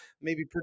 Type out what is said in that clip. maybe-